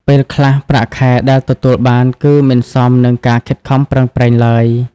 ពេលខ្លះ ប្រាក់ខែដែលទទួលបាន គឺមិនសមនឹងការខិតខំប្រឹងប្រែងឡើយ។